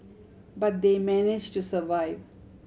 but they manage to survive